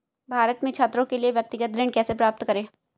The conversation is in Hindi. भारत में छात्रों के लिए व्यक्तिगत ऋण कैसे प्राप्त करें?